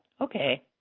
okay